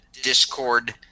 discord